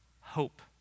hope